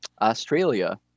Australia